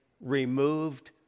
removed